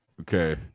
okay